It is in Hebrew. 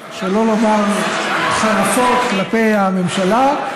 שלא לומר חרפות, כלפי הממשלה.